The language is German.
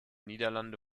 niederlande